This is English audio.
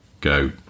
go